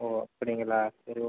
ஓ அப்படிங்களா சரி ஓகே